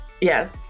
yes